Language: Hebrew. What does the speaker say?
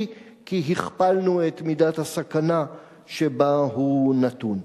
כי הכפלנו את מידת הסכנה שבה הוא נתון.